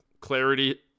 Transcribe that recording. clarity